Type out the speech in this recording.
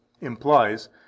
implies